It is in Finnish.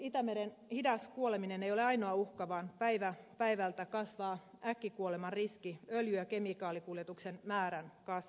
itämeren hidas kuoleminen ei ole ainoa uhka vaan päivä päivältä kasvaa äkkikuoleman riski öljy ja kemikaalikuljetusten määrän kasvaessa